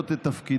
ממלאות את תפקידן,